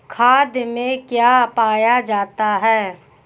खाद में क्या पाया जाता है?